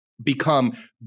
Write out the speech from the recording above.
become